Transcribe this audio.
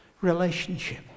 relationship